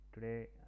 Today